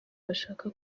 bashaka